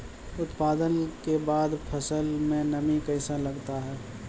उत्पादन के बाद फसल मे नमी कैसे लगता हैं?